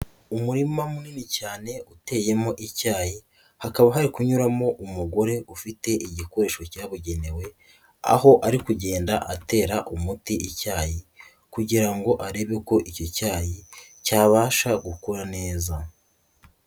Umurima munini cyane uteyemo icyayi hakaba hari kunyuramo umugore ufite igikoresho cyabugenewe aho ari kugenda atera umuti icyayi kugira ngo arebe ko icyo cyayi cyabasha gukura neza.